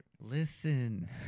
Listen